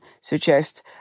suggest